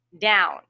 down